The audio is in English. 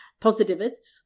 positivists